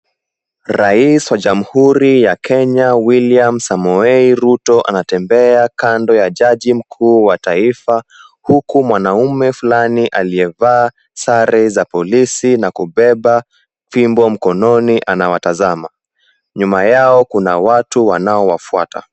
Raisi wa jamhuri ya Kenya William Samoei Ruto anatembea kando ya jaji mkuu wa taifa huku mwanaume fulani aliyevaa sare za police na kubeba fimbo mkononi anawatazama, nyuma yao kuna watu wanaowafuata.